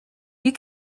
you